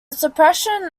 suppression